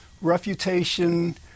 Refutation